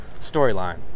storyline